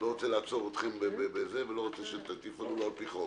לא רוצה לעצור אתכם ולא שתטיפו לנו לפי חוק,